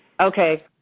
Okay